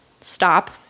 stop